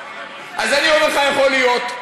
אז אני אומר לך, יכול להיות,